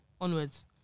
onwards